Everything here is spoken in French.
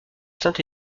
saint